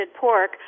pork